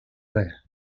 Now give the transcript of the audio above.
res